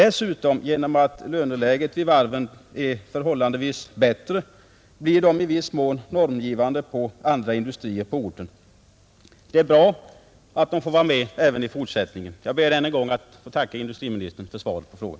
Dessutom — genom att löneläget vid varven är förhållandevis bättre än hos andra företag — blir de i viss mån normgivande även för andra industrier på orten. Det är därför bra att de ges möjlighet att finnas kvar även i fortsättningen. Jag ber än en gång att få tacka industriministern för svaret på frågan.